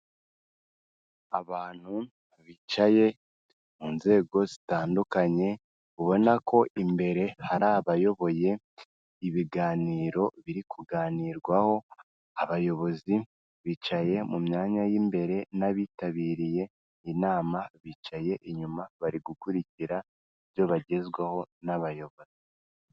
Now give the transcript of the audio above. Abantu bicaye mu nzego zitandukanye, ubona ko imbere hari abayoboye ibiganiro biri kuganirwaho, abayobozi bicaye mu myanya y'imbere n'abitabiriye inama bicaye inyuma bari gukurikira ibyo bagezwaho n'abayobozi.